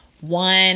one